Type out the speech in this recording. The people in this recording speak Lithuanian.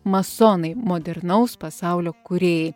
masonai modernaus pasaulio kūrėjai